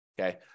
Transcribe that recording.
okay